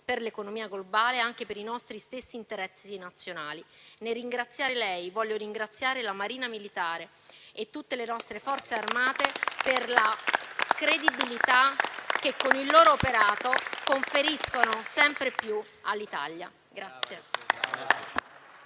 per l'economia globale, anche per i nostri stessi interessi nazionali. Nel ringraziare lei, voglio ringraziare la Marina militare e tutte le nostre Forze armate per la credibilità che, con il loro operato, conferiscono sempre più all'Italia.